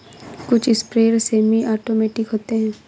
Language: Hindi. कुछ स्प्रेयर सेमी ऑटोमेटिक होते हैं